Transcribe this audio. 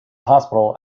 hospital